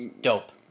Dope